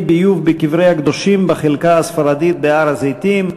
ביוב בקברי הקדושים בחלקה הספרדית בהר-הזיתים.